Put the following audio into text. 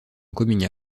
coming